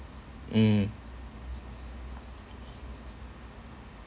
mm